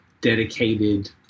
dedicated